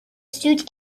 suit